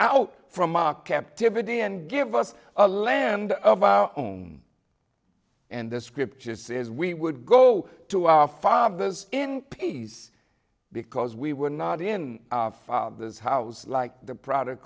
out from mock captivity and give us a land of our own and the scripture says we would go to our fathers in peace because we were not in this house like the product